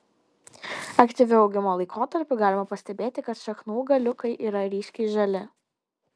aktyviu augimo laikotarpiu galima pastebėti kad šaknų galiukai yra ryškiai žali